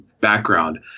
background